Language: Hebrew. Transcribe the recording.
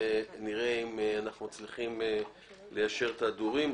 לראות אם אנחנו מצליחים ליישר את ההדורים.